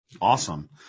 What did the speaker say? Awesome